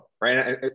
right